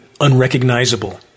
unrecognizable